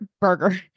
burger